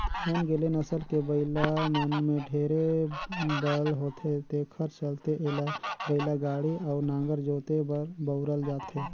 ओन्गेले नसल के बइला मन में ढेरे बल होथे तेखर चलते एला बइलागाड़ी अउ नांगर जोते बर बउरल जाथे